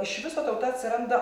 iš viso tauta atsiranda